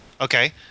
Okay